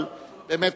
אבל באמת,